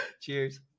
Cheers